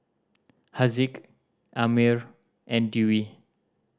Haziq Ammir and Dewi